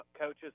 coaches